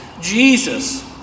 Jesus